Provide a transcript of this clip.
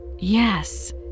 Yes